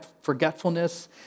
forgetfulness